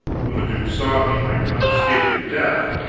when the duke saw he might not escape the death,